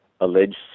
alleged